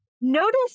Notice